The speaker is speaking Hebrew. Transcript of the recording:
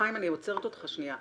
חיים, אני עוצרת אותך שנייה.